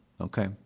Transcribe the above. Okay